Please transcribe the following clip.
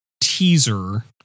teaser